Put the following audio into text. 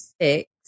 six